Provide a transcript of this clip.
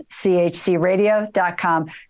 chcradio.com